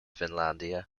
finlandia